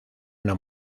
una